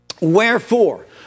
wherefore